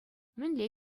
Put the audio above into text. мӗнле